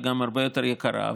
וגם הרבה יותר יקרה.